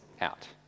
out